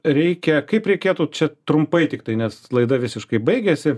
reikia kaip reikėtų čia trumpai tiktai nes laida visiškai baigiasi